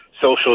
social